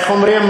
איך אומרים?